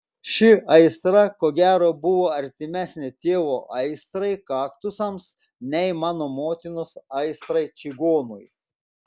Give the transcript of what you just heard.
ši aistra ko gero buvo artimesnė tėvo aistrai kaktusams nei mano motinos aistrai čigonui